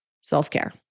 self-care